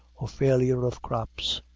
or failure of crops.